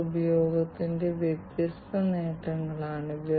കൂടാതെ അത് ലെഗസി ഇൻസ്റ്റാളേഷനുമായി സംയോജിപ്പിക്കുകയും ചെയ്യുന്നു